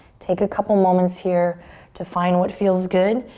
take a couple moments here to find what feels good,